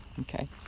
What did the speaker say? Okay